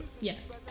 yes